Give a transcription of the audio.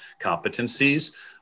competencies